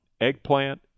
Eggplant